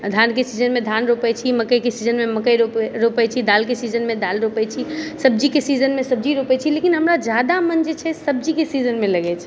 धानके सीजनमे धान रोपै छी मकइके सीजनमे मकइ रोपै छी दालके सीजनमे दाल रोपै छी सब्जीके सीजनमे सब्जी रोपै छी लेकिन हमरा जादा मन जे छै सब्जीके सीजनमे लगै छै